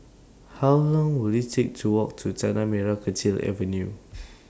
How Long Will IT Take to Walk to Tanah Merah Kechil Avenue